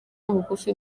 bugufi